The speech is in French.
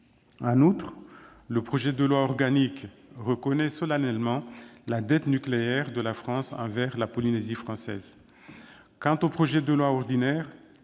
En outre, le projet de loi organique reconnaît solennellement la dette nucléaire de la France envers la Polynésie française. Quant au projet de loi ordinaire,